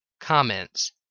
comments